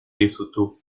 lesotho